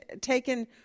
taken –